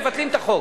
מבטלים את החוק.